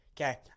Okay